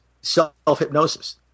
self-hypnosis